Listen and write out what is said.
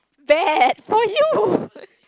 bad for you